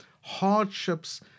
Hardships